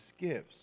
gives